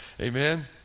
amen